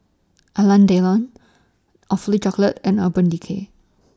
Alain Delon Awfully Chocolate and Urban Decay